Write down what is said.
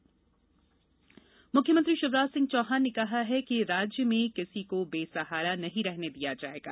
CM रैनबसेरा मुख्यमंत्री शिवराज सिंह चौहान ने कहा कि राज्य में किसी को बेसहारा नहीं रहने दिया जाएगा